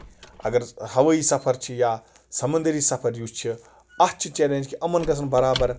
اَگر ہَوٲیی سَفر چھُ یا سَمندٔری سَفر یُس چھُ اَتھ چھُ چیلیج کہِ یِمَن گژھن برابر